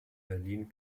berlin